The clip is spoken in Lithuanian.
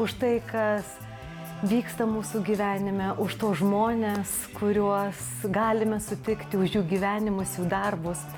už tai kas vyksta mūsų gyvenime už tuos žmones kuriuos galime sutikti už jų gyvenimus jų darbus